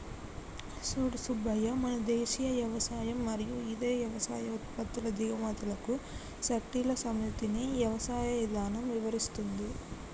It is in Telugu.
సూడు సూబ్బయ్య మన దేసీయ యవసాయం మరియు ఇదే యవసాయ ఉత్పత్తుల దిగుమతులకు సట్టిల సమితిని యవసాయ ఇధానం ఇవరిస్తుంది